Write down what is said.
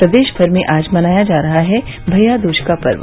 प्रदेश भर में आज मनाया जा रहा है भैय्या दूज का पर्व